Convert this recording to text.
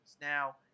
Now